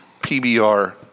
PBR